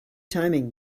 timing